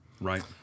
right